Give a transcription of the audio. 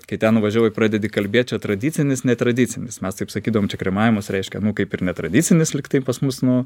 kai ten nuvažiavai pradedi kalbėt čia tradicinis netradicinis mes taip sakydavom čia kremavimas reiškia nu kaip ir netradicinis lyg tai pas mus nu